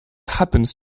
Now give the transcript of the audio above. happens